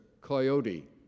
Coyote